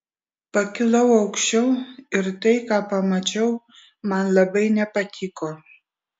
pakilau aukščiau ir tai ką pamačiau man labai nepatiko